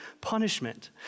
punishment